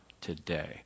today